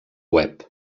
web